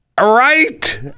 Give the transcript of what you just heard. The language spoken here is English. right